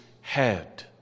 head